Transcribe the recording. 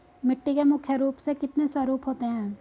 मिट्टी के मुख्य रूप से कितने स्वरूप होते हैं?